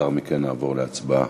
ולאחר מכן נעבור להצבעה.